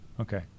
Okay